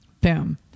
Boom